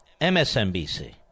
MSNBC